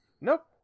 Nope